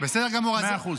מאה אחוז.